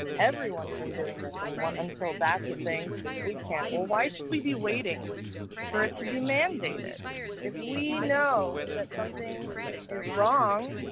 everyone can um doing this and one until that's the thing we can't. well, why should we be waiting for it to be mandated if we know that something is wrong.